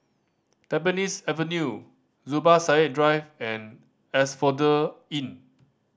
Tampines Avenue Zubir Said Drive and Asphodel Inn